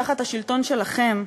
תחת השלטון שלכם,